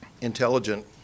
intelligent